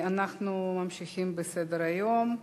אנחנו ממשיכים בסדר-היום: